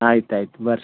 ಆಯ್ತು ಆಯ್ತು ಬನ್ರಿ